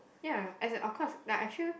ya as in of course like I feel